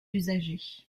usagers